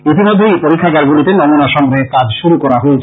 ইতিমধ্যেই এই পরীক্ষাগার গুলিতে নমুনা সংগ্রহের কাজ শুরু করা হয়েছে